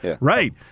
Right